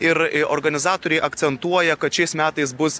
ir organizatoriai akcentuoja kad šiais metais bus